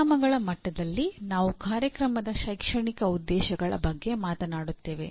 ಪರಿಣಾಮಗಳ ಮಟ್ಟದಲ್ಲಿ ನಾವು ಕಾರ್ಯಕ್ರಮದ ಶೈಕ್ಷಣಿಕ ಉದ್ದೇಶಗಳ ಬಗ್ಗೆ ಮಾತನಾಡುತ್ತೇವೆ